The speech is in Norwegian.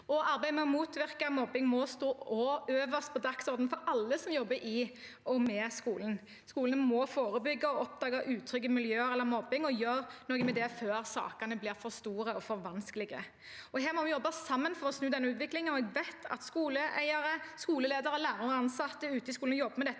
Arbeidet med å motvirke mobbing må stå øverst på dagsordenen for alle som jobber i og med skolen. Skolene må forebygge, oppdage utrygge miljøer og mobbing og gjøre noe med det før sakene blir for store og for vanskelige. Vi må jobbe sammen for å snu denne utviklingen. Jeg vet at skoleeiere, skoleledere, lærere og ansatte ute i skolene jobber med dette